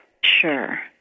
Sure